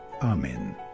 Amen